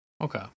Okay